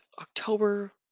October